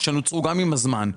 שנוצרו עם הזמן.